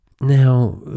now